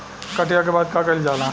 कटिया के बाद का कइल जाला?